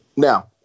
Now